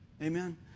Amen